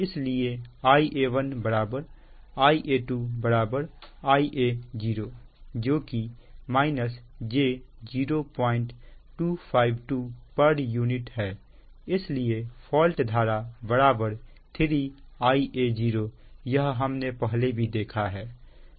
इसलिए Ia1 Ia2 Ia0 जो कि j0252 pu है इसलिए फॉल्ट धारा 3 Ia0 यह हमने पहले भी देखा है